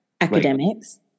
Academics